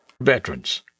veterans